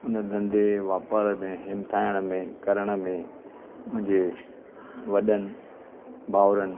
उन धंधे वापार में हिमथाइणु में करण में मुंहिंजे वॾनि भाउरनि